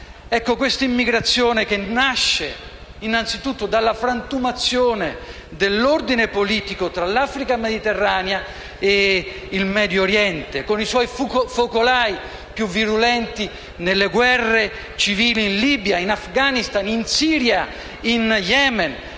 questa immigrazione nasce innanzitutto dalla frantumazione dell'ordine politico tra l'Africa mediterranea e il Medio Oriente con i suoi focolai più virulenti nelle guerre civili in Libia, in Afghanistan, in Siria, in Yemen.